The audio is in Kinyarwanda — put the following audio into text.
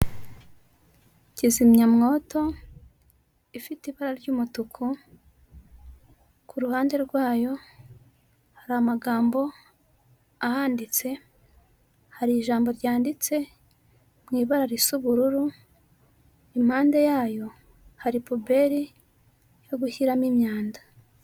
Kizimyamwoto ifite ibara ry'umutuku, ku ruhande rwayo hari amagambo ahanditse, hari ijambo ryanditse mu ibara risa ubururu, impande yayo hari puberi yo gushyiramo imyanda.